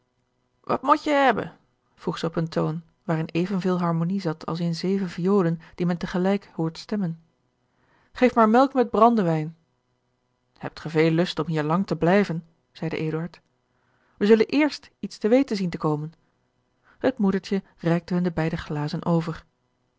wat moet je hebben vroeg zij op een toon waarin evenveel harmonie zat als in zeven violen die men tegelijk hoort stemmen geef maar melk met brandewijn hebt ge veel lust om hier lang te blijven zeide eduard wij zullen eerst iets te weten zien te komen het moedertje reikte hun de beide glazen over